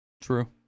True